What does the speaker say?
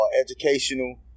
educational